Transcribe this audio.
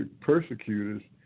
persecutors